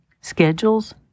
Schedules